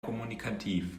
kommunikativ